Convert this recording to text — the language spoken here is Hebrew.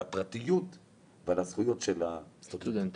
על הפרטיות ועל הזכויות של הסטודנטים.